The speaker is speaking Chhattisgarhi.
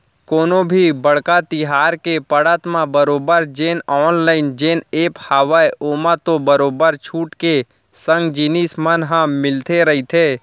कोनो भी बड़का तिहार के पड़त म बरोबर जेन ऑनलाइन जेन ऐप हावय ओमा तो बरोबर छूट के संग जिनिस मन ह मिलते रहिथे